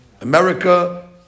America